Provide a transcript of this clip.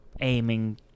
aiming